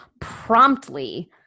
promptly